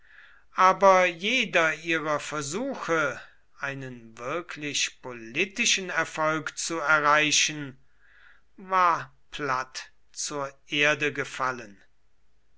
aber jeder ihrer versuche einen wirklich politischen erfolg zu erreichen war platt zur erde gefallen